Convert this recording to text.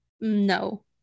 No